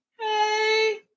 hey